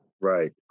right